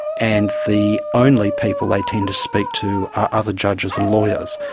and the only people they tend to speak to are other judges and lawyers.